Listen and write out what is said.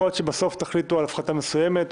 יכול להיות שבסוף תחליטו על הפחתה מסוימת,